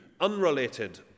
unrelated